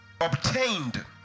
obtained